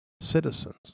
citizens